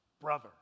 brother